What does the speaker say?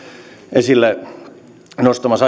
esille nostamassa